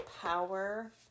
power